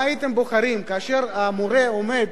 מה הייתם בוחרים כאשר המורה עומד